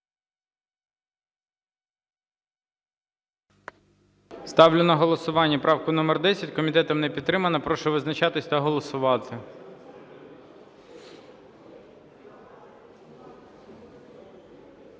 Ставлю на голосування 231 правку, комітетом не підтримана. Прошу визначатися та голосувати.